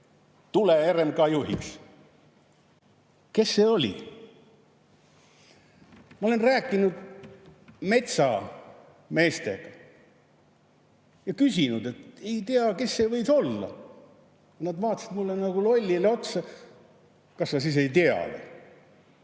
"Tule RMK juhiks!" Kes see oli? Ma olen rääkinud metsameestega ja küsinud, et ei tea, kes see võis olla. Nad vaatasid mulle nagu lollile otsa. Kas sa siis ei tea või?